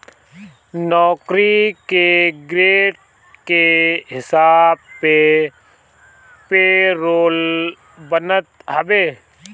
नौकरी के ग्रेड के हिसाब से पेरोल बनत हवे